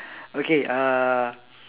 okay uh